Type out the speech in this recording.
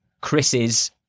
Chris's